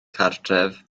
cartref